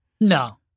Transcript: No